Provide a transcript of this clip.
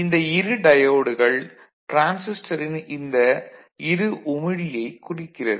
இந்த இரு டயோடுகள் டிரான்சிஸ்டரின் இந்த இரு உமிழியைக் குறிக்கிறது